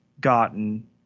gotten